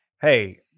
hey